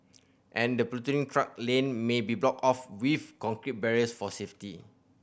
and the platooning truck lane may be blocked off with concrete barriers for safety